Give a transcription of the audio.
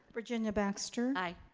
virginia baxter. i.